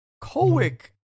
Colwick